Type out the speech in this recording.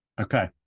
okay